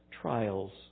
trials